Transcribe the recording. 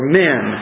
men